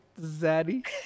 Zaddy